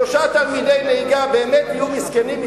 שלושה תלמידי נהיגה באמת יהיו מסכנים,